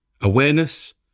awareness